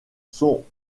sont